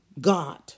God